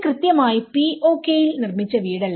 ഇത് കൃത്യമായി POK യിൽ നിർമ്മിച്ച വീടല്ല